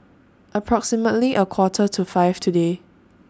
approximately A Quarter to five today